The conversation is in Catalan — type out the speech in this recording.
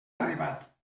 arribat